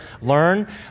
learn